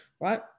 right